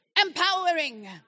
empowering